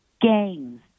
Gangs